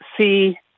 see